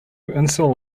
install